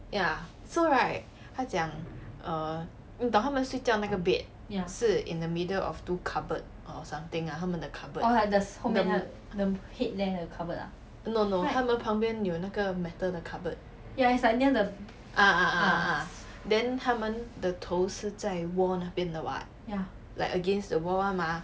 ya so right 他讲 err 你懂他们睡觉那个 bed 是 in the middle of two cupboard or something ah 他们的 cupboard